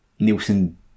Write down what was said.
Nielsen